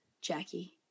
Jackie